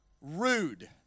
rude